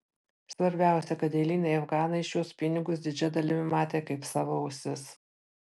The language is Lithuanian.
svarbiausia kad eiliniai afganai šiuos pinigus didžia dalimi matė kaip savo ausis